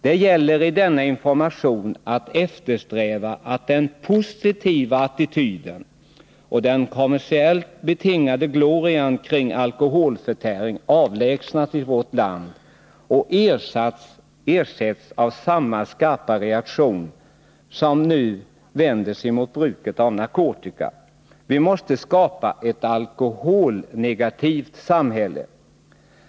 Det gäller att i denna information eftersträva att den positiva attityden och den kommersiellt betingade glorian kring alkoholförtäring avlägsnas i vårt land och ersätts av samma skarpa reaktion mot bruket av alkohol som mot bruket av narkotika. Vi måste skapa ett alkoholnegativt samhälle.